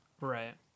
right